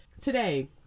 Today